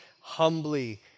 humbly